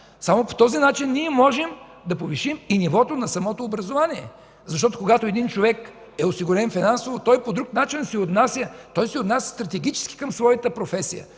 Само по този начин можем да повишим и нивото на самото образование. Защото, когато един човек е осигурен финансово, той се отнася по друг начин, той се отнася стратегически към своята професия,